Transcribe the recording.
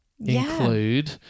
include